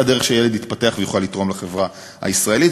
זאת הדרך שילד יתפתח ויוכל לתרום לחברה הישראלית.